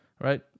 right